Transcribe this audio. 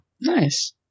nice